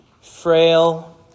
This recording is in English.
frail